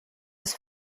ist